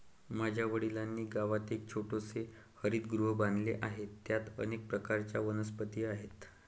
माझ्या वडिलांनी गावात एक छोटेसे हरितगृह बांधले आहे, त्यात अनेक प्रकारच्या वनस्पती आहेत